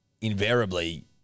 invariably